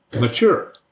mature